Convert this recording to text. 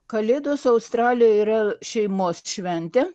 kalėdos australijoj yra šeimos šventė